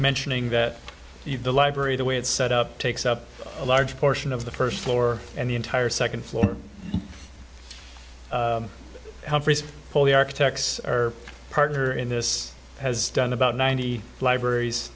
mentioning that you the library the way it's set up takes up a large portion of the first floor and the entire second floor hall the architects are partner in this has done about ninety librar